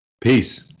Peace